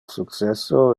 successo